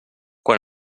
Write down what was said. quan